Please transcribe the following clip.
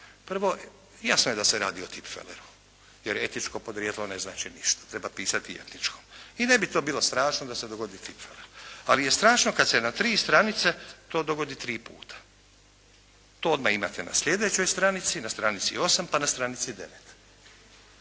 Prvo jasno je da se radi o tipfeleru, jer etičko podrijetlu ne znači ništa, treba pisati "etničko" i ne bi to bilo strašno da se dogodi tipfeler. Ali je strašno kad se na tri stranice to dogodi tri puta. To odmah imate na sljedećoj stranici, na stranici 8, pa na stranici 9.